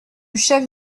chef